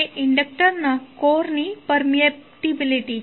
ઇન્ડક્ટરના કોરની પરમિઅબીલીટી છે